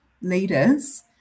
leaders